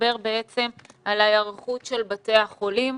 מדבר בעצם על ההיערכות של בתי החולים.